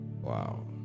Wow